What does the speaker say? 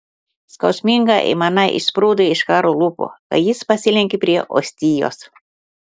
skausminga aimana išsprūdo iš karo lūpų kai jis pasilenkė prie ostijos